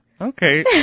Okay